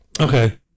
Okay